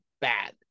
bad